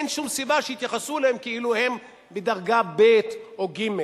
אין שום סיבה שיתייחסו אליהן כאילו הן מדרגה ב' או ג'.